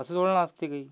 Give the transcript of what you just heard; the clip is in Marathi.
असं थोडं ना असते काही